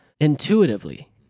intuitively